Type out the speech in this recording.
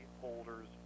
holders